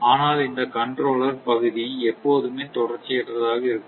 ஆனால் இந்த கண்ட்ரோலர் பகுதி எப்போதுமே தொடர்ச்சியற்றதாக இருக்கும்